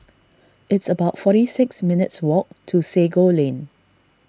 it's about forty six minutes' walk to Sago Lane